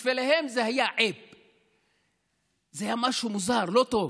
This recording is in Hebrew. בשבילם זה היה עֵיבּ זה היה משהו מוזר, לא טוב,